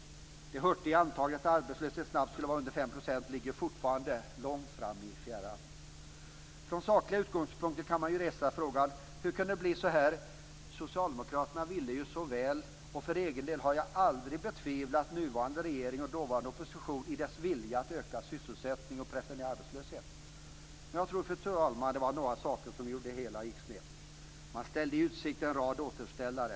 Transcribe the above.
Det hurtiga antagandet att arbetslösheten snabbt skulle vara under 5 % ligger fortfarande långt fram i fjärran. Från sakliga utgångspunkter kan man ju resa frågan: Hur kunde det bli så här? Socialdemokraterna ville ju så väl, och för egen del har jag aldrig betvivlat nuvarande regering och dåvarande opposition i deras vilja att öka sysselsättningen och pressa ned arbetslösheten. Men jag tror, fru talman, att det var några saker som gjorde att det hela gick snett. Det ställdes i utsikt en rad återställare.